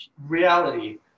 reality